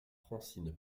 francine